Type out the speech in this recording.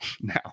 now